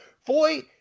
Foy